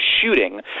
shooting